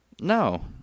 No